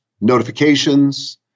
notifications